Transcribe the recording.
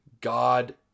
God